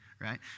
right